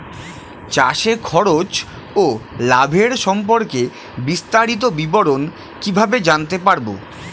চাষে খরচ ও লাভের সম্পর্কে বিস্তারিত বিবরণ কিভাবে জানতে পারব?